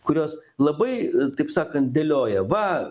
kurios labai taip sakant dėlioja va